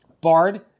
BARD